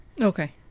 Okay